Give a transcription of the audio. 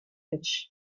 village